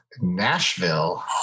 Nashville